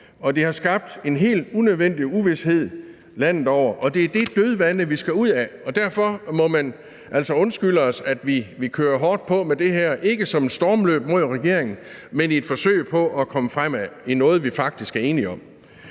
det har skabt en helt unødvendig uvished landet over, og det er det dødvande, vi skal ud af, og derfor må man altså undskylde os, at vi kører hårdt på med det her, ikke som et stormløb mod regeringen, men i et forsøg på at komme fremad i noget, vi faktisk er enige om.